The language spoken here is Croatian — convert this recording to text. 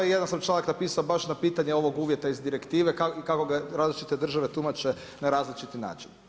I jedan sam članak napisao baš na pitanje ovog uvjeta iz direktive i kako ga različite države tumače na različiti način.